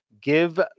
Give